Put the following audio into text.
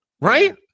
Right